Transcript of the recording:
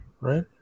Right